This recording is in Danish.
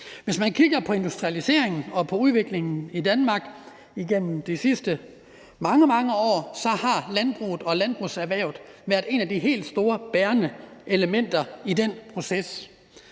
Hvis man kigger på industrialiseringen og på udviklingen i Danmark igennem de sidste mange, mange år, har landbruget og landbrugserhvervet været et af de helt store bærende elementer i den proces.